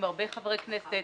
עם הרבה חברי כנסת,